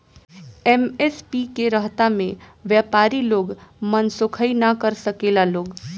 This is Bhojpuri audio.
एम.एस.पी के रहता में व्यपारी लोग मनसोखइ ना कर सकेला लोग